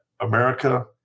America